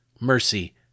mercy